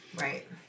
Right